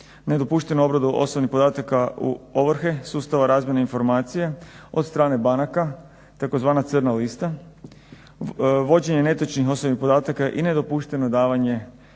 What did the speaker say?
nedopuštenu obradu osobnih podataka u ovrhe, sustava razmjene informacija od strane banaka, tzv. crna lista. Vođenje netočnih osobnih podataka i nedopušteno davanje